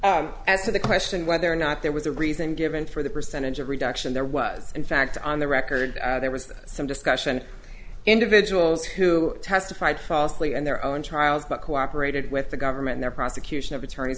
first as to the question whether or not there was a reason given for the percentage of reduction there was in fact on the record there was some discussion individuals who testified falsely and their own trials but cooperated with the government there prosecution of attorneys